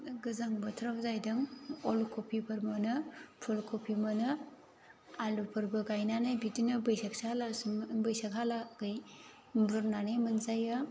गोजां बोथोराव जाहैदों अल कफिफोर मोनो फुल कफि मोनो आलुफोरबो गायनानै बिदिनो बैसागसा लासिम बैसागा लागै बुरनानै मोनजायो